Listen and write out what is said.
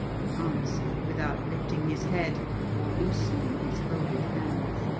he answered without lifting his head or loosening his folded hands.